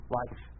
life